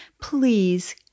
Please